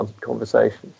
conversations